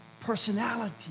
personality